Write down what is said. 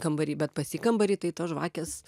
kambary bet pas į kambary tai tos žvakės